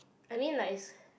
I mean like